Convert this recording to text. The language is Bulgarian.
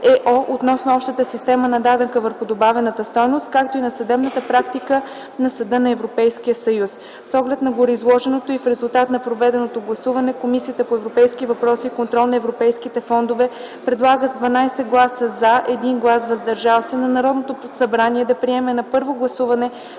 относно общата система на данъка върху добавената стойност, както и на съдебната практика на Съда на Европейския съюз. С оглед на гореизложеното и в резултат на проведеното гласуване, Комисията по европейските въпроси и контрол на европейските фондове предлага с 12 гласа „за” и 1 глас „въздържал се” на Народното събрание да приеме на първо гласуване